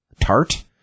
Tart